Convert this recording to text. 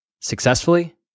successfully